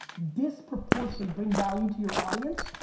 disproportionally bring value to your audience.